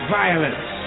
violence